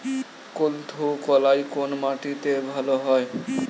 কুলত্থ কলাই কোন মাটিতে ভালো হয়?